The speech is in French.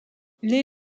les